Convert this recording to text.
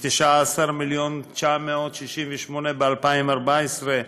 ו-19 מיליון ו-968,000 ב-2014,